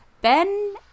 Ben